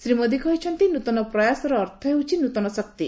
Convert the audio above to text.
ଶ୍ରୀ ମୋଦି କହିଛନ୍ତି ନୂତନ ପ୍ରୟାସର ଅର୍ଥ ହେଉଛି ନୂତନ ଶକ୍ତି